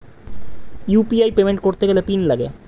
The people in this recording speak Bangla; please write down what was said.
ইউ.পি.আই পেমেন্ট করতে গেলে পিন লাগে